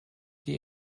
die